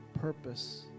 purpose